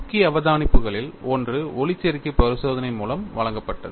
முக்கிய அவதானிப்புகளில் ஒன்று ஒளிச்சேர்க்கை பரிசோதனை மூலம் வழங்கப்பட்டது